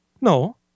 No